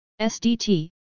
SDT